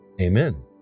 Amen